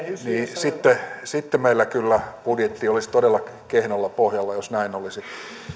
niin sitten meillä kyllä budjetti olisi todella kehnolla pohjalla jos näin olisi